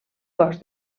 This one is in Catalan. cos